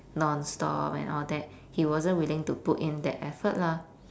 non-stop and all that he wasn't willing to put in that effort lah